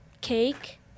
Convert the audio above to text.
cake